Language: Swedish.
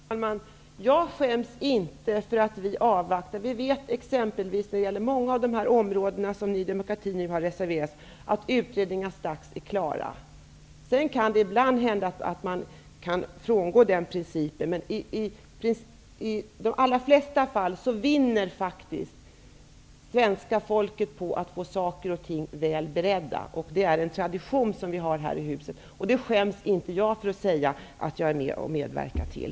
Herr talman! Jag skäms inte för att vi avvaktar. På många av de områden där Ny demokrati nu har reserverat sig vet vi att utredningar strax är klara. Sedan kan det hända att man någon gång frångår principen att avvakta resultatet av en pågående utredning, men i de allra flesta fall vinner faktiskt svenska folket på att ärendena är väl beredda innan vi fattar beslut. Det är en tradition som vi har här i huset, och det skäms inte jag för att säga att jag medverkar till.